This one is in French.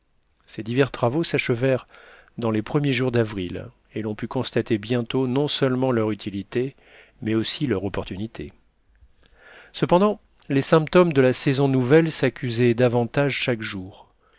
ces divers travaux s'achevèrent dans les premiers jours d'avril et l'on put constater bientôt non seulement leur utilité mais aussi leur opportunité cependant les symptômes de la saison nouvelle s'accusaient davantage chaque jour